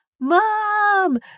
Mom